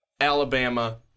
Alabama